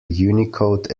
unicode